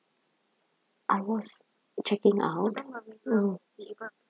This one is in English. I was checking out mm